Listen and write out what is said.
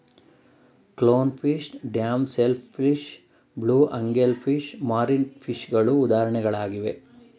clown fish, damsel fish, blue angel fish, marine ಫಿಷಗಳು ಉದಾಹರಣೆಗಳಾಗಿವೆ